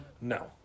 No